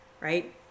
right